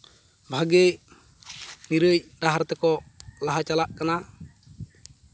ᱵᱷᱟᱜᱮ ᱱᱤᱨᱟᱹᱭ ᱰᱟᱦᱟᱨ ᱛᱮᱠᱚ ᱞᱟᱦᱟ ᱪᱟᱞᱟᱜ ᱠᱟᱱᱟ